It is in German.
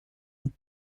und